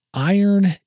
Iron